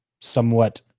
somewhat